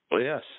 Yes